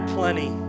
plenty